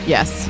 Yes